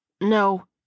No